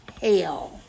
hell